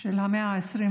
של המאה ה-21